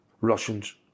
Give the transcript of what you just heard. Russians